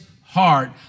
heart